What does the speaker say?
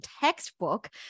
textbook